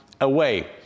away